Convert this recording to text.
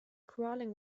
crawling